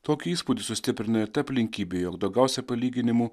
tokį įspūdį sustiprina ir ta aplinkybė jog daugiausia palyginimų